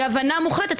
היא הבנה מוחלטת.